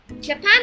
japan